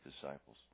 disciples